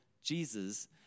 Jesus